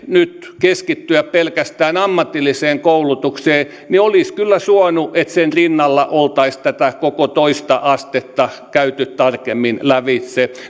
nyt keskittyä pelkästään ammatilliseen koulutukseen rinnalla olisi kyllä suonut että oltaisiin tätä koko toista astetta käyty tarkemmin lävitse